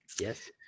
yes